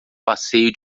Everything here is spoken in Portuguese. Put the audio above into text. passeio